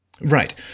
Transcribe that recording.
Right